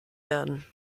werden